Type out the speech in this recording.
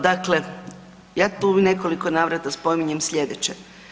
Dakle, ja tu u nekoliko navrata spominjem slijedeće.